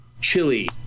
chili